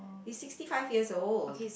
he is sixty five years old